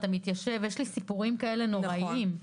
שמעתי על סיפורים נוראיים כאלה.